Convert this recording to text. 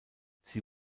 sie